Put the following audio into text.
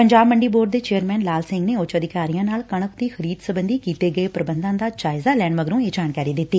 Punjab Mandi board ਦੇ chairman Lal Singh ਨੇ ਉੱਚ ਅਧਿਕਾਰੀਆਂ ਨਾਲ ਕਣਕ ਦੀ ਖਰੀਦ ਸਬੰਧੀ ਕੀਤੇ ਗਏ ਪ੍ਰਬੰਧਾਂ ਦਾ ਜਾਇਜ਼ਾ ਲੈਣ ਮਗਰੋ ਇਹ ਜਾਣਕਾਰੀ ਦਿੱਤੀ